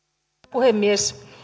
puhemies